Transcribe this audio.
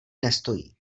nestojí